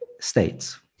states